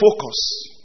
focus